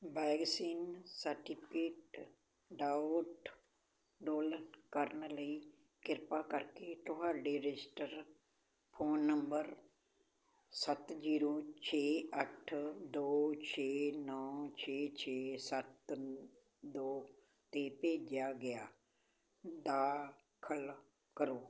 vaccine certificate download ਕਰਨ ਲਈ ਕਿਰਪਾ ਕਰਕੇ ਤੁਹਾਡੇ ਰਜਿਸਟਰ ਫ਼ੋਨ ਨੰਬਰ ਸੱਤ ਜ਼ੀਰੋ ਛੇ ਅੱਠ ਦੋ ਛੇ ਨੌਂ ਛੇ ਛੇ ਸੱਤ ਦੋ 'ਤੇ ਭੇਜਿਆ ਗਿਆ ਦਾਖਲ ਕਰੋ